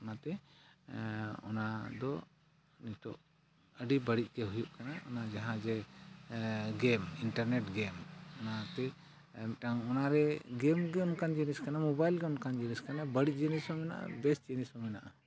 ᱚᱱᱟᱛᱮ ᱚᱱᱟ ᱫᱚ ᱱᱤᱛᱳᱜ ᱟᱹᱰᱤ ᱵᱟᱹᱲᱤᱡᱜᱮ ᱦᱩᱭᱩᱜ ᱠᱟᱱᱟ ᱚᱱᱟᱜᱮ ᱡᱟᱦᱟᱸ ᱡᱮ ᱜᱮᱢ ᱤᱱᱴᱟᱨᱱᱮᱴ ᱜᱮᱢ ᱚᱱᱟᱛᱮ ᱢᱤᱫᱴᱟᱝ ᱚᱱᱟᱨᱮ ᱜᱮᱢ ᱜᱮ ᱚᱱᱠᱟᱱ ᱡᱤᱱᱤᱥ ᱠᱟᱱᱟ ᱢᱚᱵᱟᱭᱤᱞ ᱜᱮ ᱚᱱᱠᱟᱱ ᱡᱤᱱᱚᱤᱥ ᱠᱟᱱᱟ ᱵᱟᱹᱲᱤᱡ ᱡᱤᱱᱤᱥ ᱦᱚᱸ ᱢᱮᱱᱟᱜᱼᱟ ᱵᱮᱥ ᱡᱤᱱᱤᱥ ᱦᱚᱸ ᱢᱮᱱᱟᱜᱼᱟ